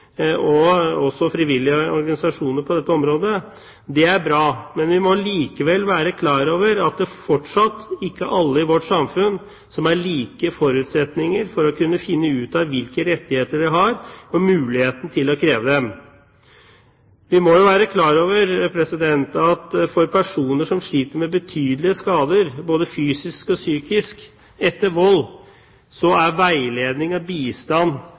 og også frivillige organisasjoner på dette området. Det er bra, men vi må likevel være klar over at det fortsatt ikke er alle i vårt samfunn som har like forutsetninger for å kunne finne ut av hvilke rettigheter de har, og muligheten til å kreve dem. Vi må jo være klar over at for personer som sliter med betydelige skader, både fysisk og psykisk, etter vold, er veiledning og bistand